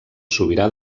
sobirà